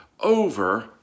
over